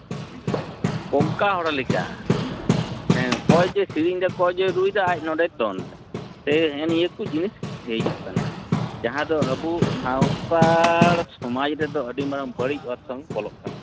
ᱠᱚᱝᱠᱟ ᱦᱚᱲ ᱞᱮᱠᱟ ᱦᱮᱸ ᱚᱠᱚᱭ ᱡᱮᱹᱭ ᱥᱤᱨᱤᱧᱫᱟ ᱚᱠᱚ ᱡᱮᱹᱭ ᱨᱩᱭᱫᱟ ᱟᱡ ᱱᱚᱰᱮᱭ ᱫᱚᱱᱫᱟ ᱥᱮ ᱱᱮᱜᱼᱮ ᱱᱤᱭᱟᱹ ᱠᱚ ᱡᱤᱱᱤᱥ ᱦᱤᱡᱩᱜ ᱠᱟᱱᱟ ᱡᱟᱦᱟᱸ ᱫᱚ ᱟᱵᱚ ᱥᱟᱶᱛᱟᱲ ᱥᱚᱢᱟᱡᱽ ᱨᱮᱫᱚ ᱟᱹᱰᱤ ᱨᱟᱨᱟᱝ ᱵᱟᱹᱲᱤᱡ ᱚᱨᱥᱚᱝ ᱵᱚᱞᱚᱜ ᱠᱟᱱᱟ